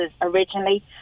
originally